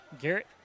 Garrett